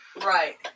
Right